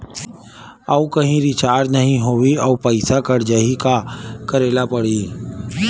आऊ कहीं रिचार्ज नई होइस आऊ पईसा कत जहीं का करेला पढाही?